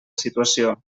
situació